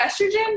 Estrogen